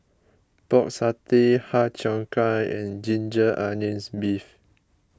Pork Satay Har Cheong Gai and Ginger Onions Beef